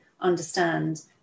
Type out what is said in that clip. understand